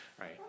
Right